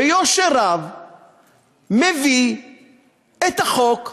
ביושר רב מביא את החוק ואומר: